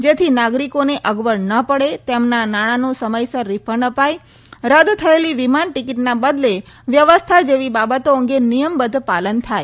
જેથી નાગરિકોને અગવડ ન પડે તેમના નાણાનું સમયસર રીફંડ અપાય રદ થયેલી વિમાન ટિકિટના બદલે વ્યવસ્થા જેવી બાબતો અંગે નિયમબદ્ધ પાલન થાય